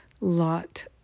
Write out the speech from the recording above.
lot